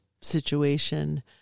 situation